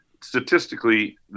statistically